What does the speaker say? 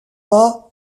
pas